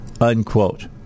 unquote